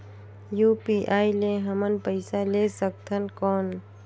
UPI ले हमन पइसा ले सकथन कौन?